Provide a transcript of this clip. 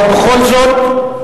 אבל בכל זאת,